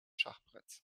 schachbretts